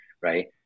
right